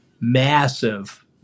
massive